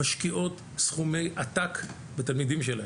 משקיעות סכומי עתק בתלמידים שלהן.